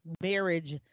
marriage